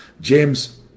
James